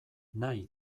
nahi